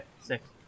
six